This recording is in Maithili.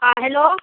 हँ हेलो